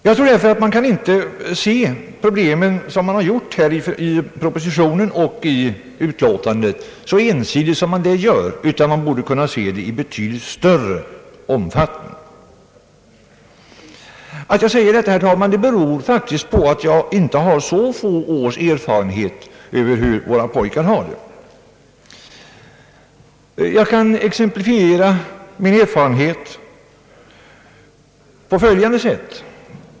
Jag tror därför att man inte kan se problemet så ensidigt som man gör i propositionen och <utskottsutlåtandet utan att man borde kunna se det i betydligt större sammanhang. Att jag säger detta, herr talman, beror på att jag har många års erfarenhet av hur våra pojkar har det. Jag kan exemplifiera min erfarenhet på följande sätt.